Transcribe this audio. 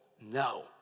no